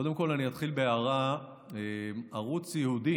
קודם כול אני אתחיל בהערה: ערוץ יהודי